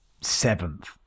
seventh